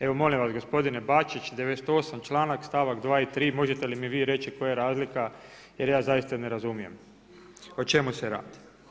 Evo molim vas gospodine Bačić članak 98. stavak 2. i 3. možete li mi vi reći koja je razlika jer ja zaista ne razumijem o čemu se radi.